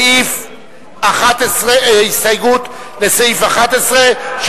הסתייגות לסעיף 11,